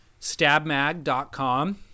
stabmag.com